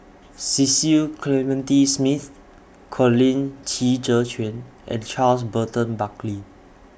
Cecil Clementi Smith Colin Qi Zhe Quan and Charles Burton Buckley